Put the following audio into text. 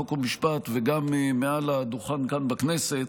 חוק ומשפט וגם מעל הדוכן כאן בכנסת,